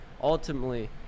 ultimately